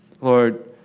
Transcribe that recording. Lord